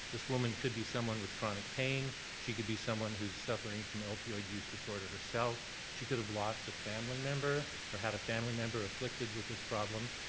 this woman could be someone with chronic pain, she could be someone who's suffering from opioid use disorder herself, she could've lost a family member, or had a family member afflicted with this problem.